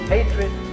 Hatred